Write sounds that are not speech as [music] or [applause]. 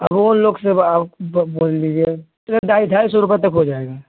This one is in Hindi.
अब और लोग से बोल लीजिए [unintelligible] ढाई ढाई सौ रुपये तक हो जाएगा